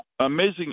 amazing